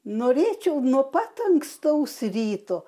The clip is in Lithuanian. norėčiau nuo pat ankstaus ryto